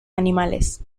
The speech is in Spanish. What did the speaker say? animales